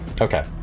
Okay